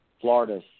Florida